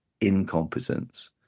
incompetence